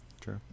true